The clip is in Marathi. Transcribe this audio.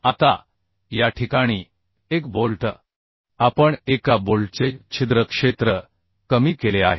आता या ठिकाणी एक बोल्ट उपस्थित होता तर एका पायात आपण एका बोल्टचे छिद्र क्षेत्र कमी केले आहे